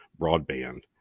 broadband